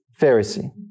Pharisee